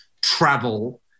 travel